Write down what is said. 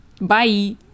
bye